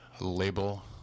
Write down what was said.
label